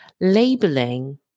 labeling